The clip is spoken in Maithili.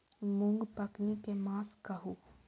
मूँग पकनी के मास कहू?